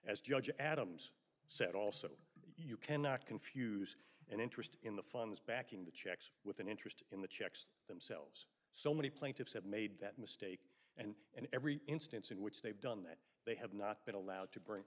judge adams said also you cannot confuse an interest in the funds backing the checks with an interest in the checks thems so many plaintiffs have made that mistake and and every instance in which they've done that they have not been allowed to bring